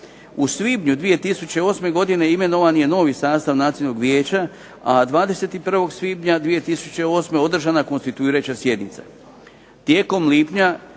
U svibnju 2008. godine imenovan je novi sastav Nacionalnog vijeća, a 21. svibnja 2008. održana je konstituirajuća sjednica.